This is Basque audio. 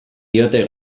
diote